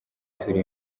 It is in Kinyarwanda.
turi